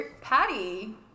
patty